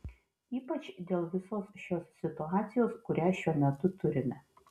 ypač dėl visos šios situacijos kurią šiuo metu turime